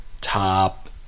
top